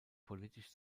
politisch